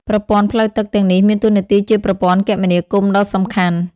ប្រព័ន្ធផ្លូវទឹកទាំងនេះមានតួនាទីជាប្រព័ន្ធគមនាគមន៍ដ៏សំខាន់។